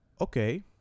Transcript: okay